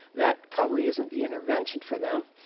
that probably isn't the intervention for them.